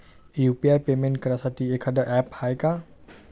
UPI payment करासाठी एखांद app हाय का?